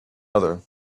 other